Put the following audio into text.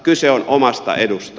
kyse on omasta edusta